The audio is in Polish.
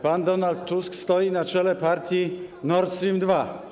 Pan Donald Tusk stoi na czele partii Nord Stream 2.